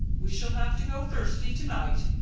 we shall have to go thirsty to-night,